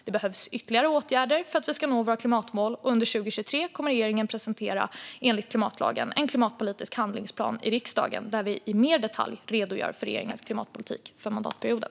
Det behövs ytterligare åtgärder för att vi ska nå våra klimatmål, och under 2023 kommer regeringen enligt klimatlagen att presentera en klimatpolitisk handlingsplan i riksdagen, där vi mer i detalj redogör för regeringens klimatpolitik för mandatperioden.